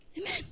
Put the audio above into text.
Amen